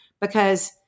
because-